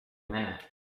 minute